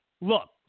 look